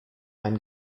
ein